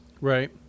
Right